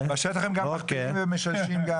בשטח הם גם מכפילים ומשלשים.